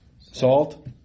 salt